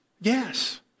Yes